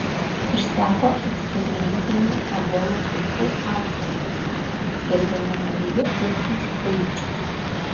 išseko eksperimentinių ebolos vaistų atsargos skelbiami nauji aukų skaičiai